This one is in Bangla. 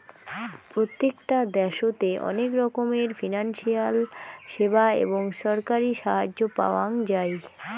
প্রত্যেকটা দ্যাশোতে অনেক রকমের ফিনান্সিয়াল সেবা এবং ছরকারি সাহায্য পাওয়াঙ যাই